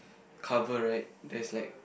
cover right there's like